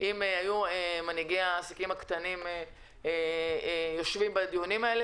אם מנהיגי העסקים הקטנים היו משתתפים בדיונים האלה,